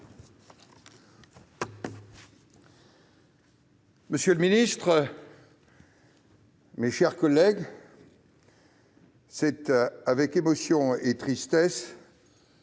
Monsieur le ministre, mes chers collègues, c'est avec émotion et tristesse